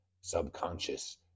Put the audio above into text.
subconscious